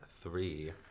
three